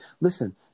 listen